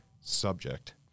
subject